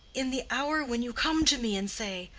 in the hour when you come to me and say,